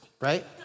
right